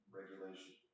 regulation